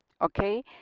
Okay